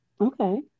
Okay